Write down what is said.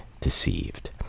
deceived